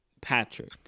Patrick